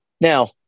Now